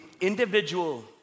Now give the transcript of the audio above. individual